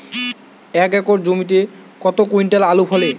এক একর জমিতে কত কুইন্টাল আলু ফলে?